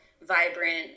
vibrant